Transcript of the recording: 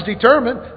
determined